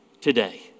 today